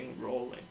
rolling